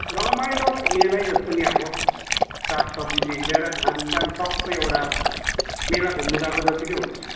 रमाइलो मेलै जस्तो नि अब सागसब्जीदेखि लिएर खानपान सबै एउटा मेला घुम्नु गएको जत्तिकै हुन्छ